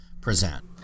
present